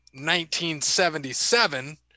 1977